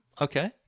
Okay